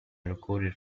recorded